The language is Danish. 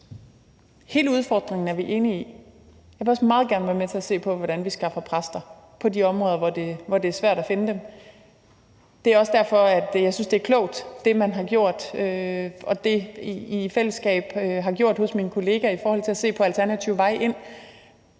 Hele udfordringen er vi enige i. Jeg vil faktisk meget gerne være med til at se på, hvordan vi skaffer præster på de områder, hvor det er svært at finde dem. Det er også derfor, jeg synes, at det, man i fællesskab blandt mine kolleger har gjort, er klogt, i forhold til at se alternative veje ind,